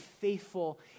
faithful